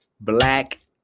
black